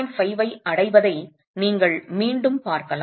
5 ஐ அடைவதை நீங்கள் மீண்டும் பார்க்கலாம்